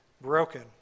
broken